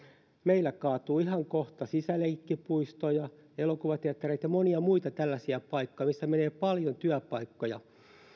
meillä kaatuu ihan kohta sisäleikkipuistoja elokuvateattereita ja monia muita tällaisia paikkoja missä menee paljon työpaikkoja